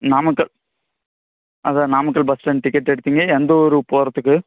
நாமக்கல் அதான் Namakkal bus stand ticket எடுத்தீங்க எந்த ஊருக்கு போகிறதுக்கு